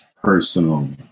personal